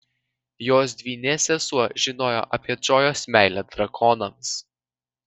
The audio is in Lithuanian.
jos dvynė sesuo žinojo apie džojos meilę drakonams